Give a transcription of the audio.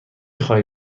خواهی